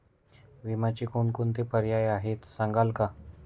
विम्याचे कोणकोणते पर्याय आहेत सांगाल का?